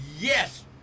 yes